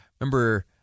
Remember